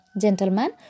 gentlemen